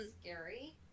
Scary